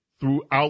throughout